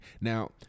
Now